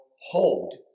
hold